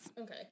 Okay